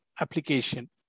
application